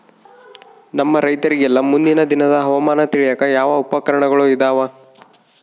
ನಮ್ಮ ರೈತರಿಗೆಲ್ಲಾ ಮುಂದಿನ ದಿನದ ಹವಾಮಾನ ತಿಳಿಯಾಕ ಯಾವ ಉಪಕರಣಗಳು ಇದಾವ?